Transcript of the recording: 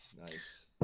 nice